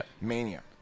Mania